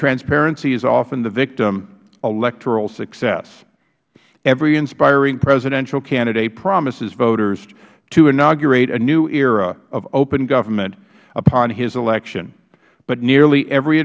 transparency is often the victim of electoral success every inspiring presidential candidate promises voters to inaugurate a new era of open government upon his election but nearly every